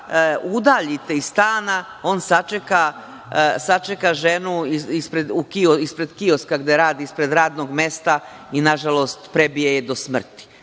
udaljite iz stana on sačeka ženu ispred kioska gde radi, ispred radnog mesta i nažalost prebije je do smrti.